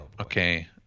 Okay